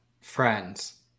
friends